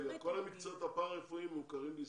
כל המקצועות הפרה-רפואיים מוכרים ישראל.